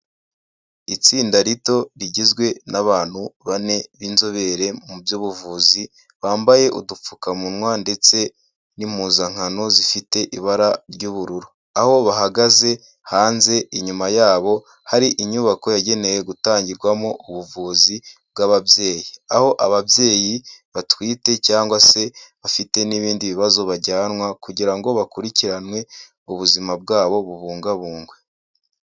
Itsinda rito rigizwe n'abantu bane b'inzobere mu by'ubuvuzi, bambaye udupfukamunwa ndetse n'impuzankano zifite ibara ry'ubururu, aho bahagaze hanze, inyuma yabo hari inyubako yagenewe gutangirwamo ubuvuzi bw'ababyeyi, aho ababyeyi batwite cyangwa se bafite n'ibindi bibazo bajyanwa, kugira ngo bakurikiranwe ubuzima bwabo bubungabungwe.